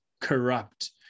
corrupt